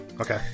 Okay